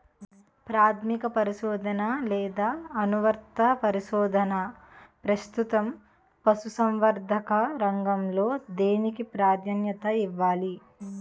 ప్రాథమిక పరిశోధన లేదా అనువర్తిత పరిశోధన? ప్రస్తుతం పశుసంవర్ధక రంగంలో దేనికి ప్రాధాన్యత ఇవ్వాలి?